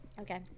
Okay